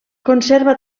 conserva